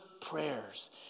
prayers